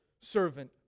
servant